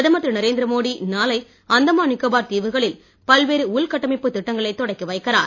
பிரதமர் திரு நரேந்திர மோடி நாளை அந்தமான் நிகோபார் தீவுகளில் பல்வேறு உள்கட்டமைப்புத் திட்டங்களைத் தொடக்கி வைக்கிறார்